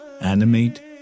animate